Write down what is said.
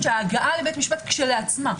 שההגעה לבית משפט כשלעצמה,